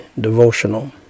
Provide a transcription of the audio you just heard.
devotional